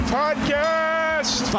podcast